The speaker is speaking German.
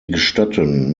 gestatten